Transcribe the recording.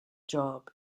job